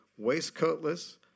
waistcoatless